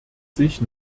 sich